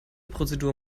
prozedur